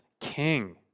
king